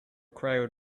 crowd